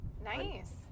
Nice